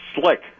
slick